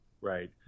Right